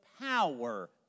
power